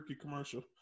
commercial